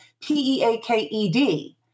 P-E-A-K-E-D